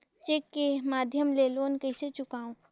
Cheque के माध्यम ले लोन कइसे चुकांव?